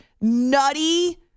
nutty